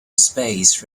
space